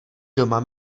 doma